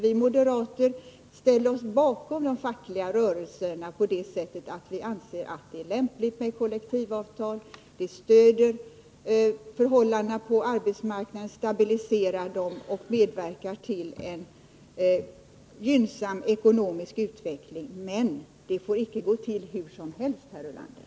Vi moderater ställer oss bakom de fackliga rörelserna på det sättet att vi anser att det är lämpligt med kollektivavtal. Vi stöder strävan att stabilisera förhållandena på arbetsmarknaden och vill medverka till en gynnsam ekonomisk utveckling. Men det får inte gå till hur som helst, herr Ulander.